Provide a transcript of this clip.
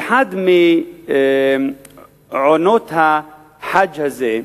באחת מעונות החאג' הזה,